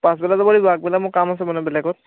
পাছবেলা যাব লাগিব আগবেলা মানে মোৰ কাম আছে মানে বেলেগত